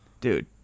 Dude